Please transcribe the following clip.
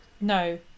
No